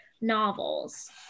novels